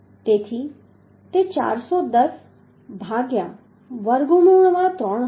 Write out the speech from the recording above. તેથી તે 410 ભાગ્યા વર્ગમૂળ માં 3 હશે